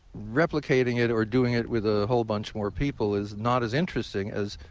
replicating it or doing it with a whole bunch more people is not as interesting as,